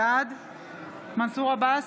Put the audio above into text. בעד מנסור עבאס,